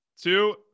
two